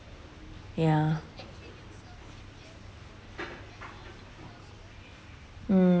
ya mm